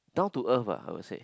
down to earth ah I would say